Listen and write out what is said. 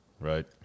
right